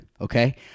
okay